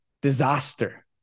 disaster